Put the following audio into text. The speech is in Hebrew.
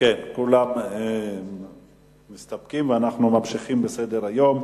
כולם מסתפקים, ואנחנו ממשיכים בסדר-היום.